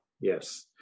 Yes